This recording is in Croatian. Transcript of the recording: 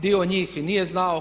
Dio njih nije znao.